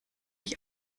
ich